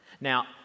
Now